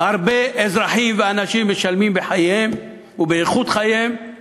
הרבה אזרחים ואנשים משלמים בחייהם ובאיכות חייהם